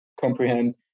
comprehend